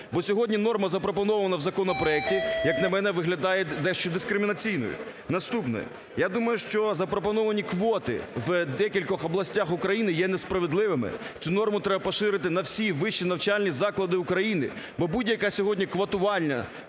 Бо сьогодні норма, запропонована в проекті, як на мене, виглядає дещо дискримінаційною. Наступне. Я думаю, що запропоновані квоти в декількох областях України є несправедливими. Цю норму треба поширити на всі вищі навчальні заклади України. Бо будь-яке сьогодні квотування